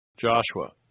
Joshua